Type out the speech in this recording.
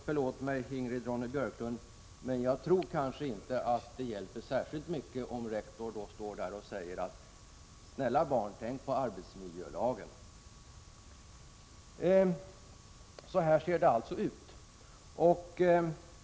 Förlåt mig, Ingrid Ronne-Björkqvist, men jag tror kanske inte att det hjälper särskilt mycket om rektor då står där och säger: Snälla barn, tänk på arbetsmiljölagen! Så ser det alltså ut.